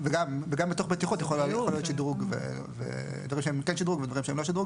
וגם בתוך בטיחות יכולים להיות דברים שהם שדרוג או שהם לא שדרוג.